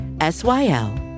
S-Y-L